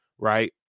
right